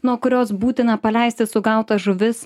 nuo kurios būtina paleisti sugautas žuvis